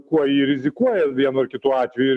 kuo ji rizikuoja vienu ar kitu atveju